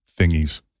thingies